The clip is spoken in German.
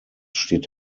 steht